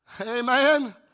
Amen